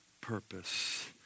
purpose